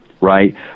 right